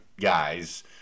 guys